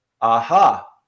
Aha